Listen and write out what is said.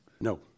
No